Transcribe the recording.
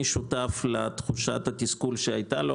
אגב, אני שותף לתחושת התסכול שהייתה לו.